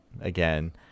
again